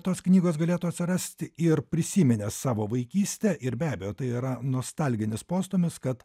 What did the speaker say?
tos knygos galėtų atsirasti ir prisiminė savo vaikystę ir be abejo tai yra nostalginis postūmis kad